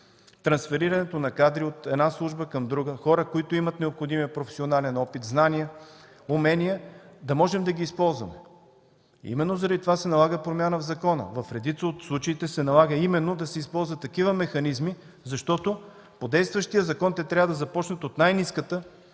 трансферирането на кадри от една служба към друга – хора, които имат необходимия професионален опит, знания, умения, да можем да ги използваме. Именно заради това се налага промяна в закона. В редица от случаите се налага именно да се използват такива механизми, защото по действащия закон те трябва да започват от най-ниската